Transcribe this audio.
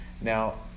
Now